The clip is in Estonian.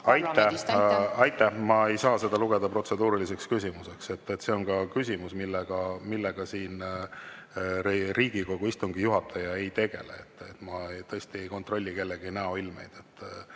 Aitäh! Ma ei saa seda lugeda protseduuriliseks küsimuseks. See on küsimus, millega Riigikogu istungi juhataja ei tegele. Ma tõesti ei kontrolli kellegi näoilmeid.